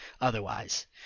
otherwise